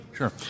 Sure